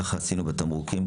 ככה עשינו בתמרוקים,